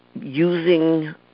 using